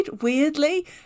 weirdly